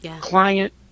client